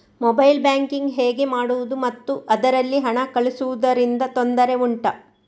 mobile banking ಹೇಗೆ ಮಾಡುವುದು ಮತ್ತು ಅದರಲ್ಲಿ ಹಣ ಕಳುಹಿಸೂದರಿಂದ ತೊಂದರೆ ಉಂಟಾ